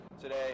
today